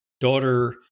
daughter